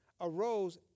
arose